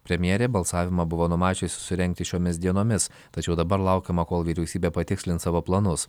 premjerė balsavimą buvo numačiusi surengti šiomis dienomis tačiau dabar laukiama kol vyriausybė patikslins savo planus